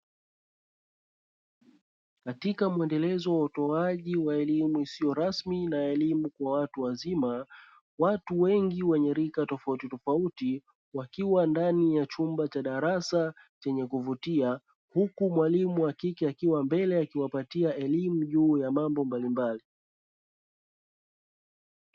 Katika muendelezo wa utoaji wa elimu isiyo rasmi na elimu kwa watu wazima, watu wengi wenye rika tofautitofauti wakiwa ndani ya chumba cha darasa chenye kuvutia, huku mwalimu wa kike akiwa mbele akiwapatia elimu juu ya mambo mbalimbali.